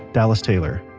dallas taylor.